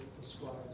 describes